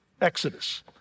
Exodus